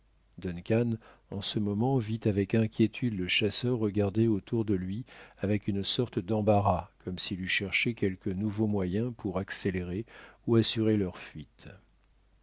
en ce moment vit avec inquiétude le chasseur regarder autour de lui avec une sorte d'embarras comme s'il eût cherché quelque nouveau moyen pour accélérer ou assurer leur fuite